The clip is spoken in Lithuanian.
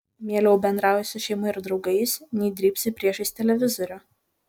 mieliau bendrauji su šeima ir draugais nei drybsai priešais televizorių